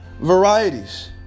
varieties